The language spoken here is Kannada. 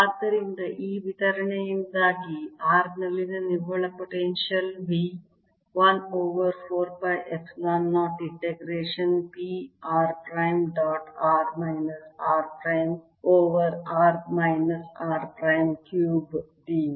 ಆದ್ದರಿಂದ ಈ ವಿತರಣೆಯಿಂದಾಗಿ r ನಲ್ಲಿನ ನಿವ್ವಳ potential V 1 over 4 pi epsilon 0 integration P r prime dot r minus r prime over r minus r prime cubed d v